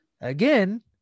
Again